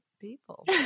people